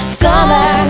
summer